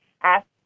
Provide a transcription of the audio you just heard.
ask